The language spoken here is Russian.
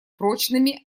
прочными